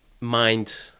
mind